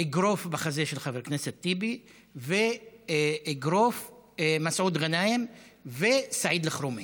אגרוף בחזה של חבר הכנסת טיבי ואגרוף למסעוד גנאים ולסעיד אלחרומי.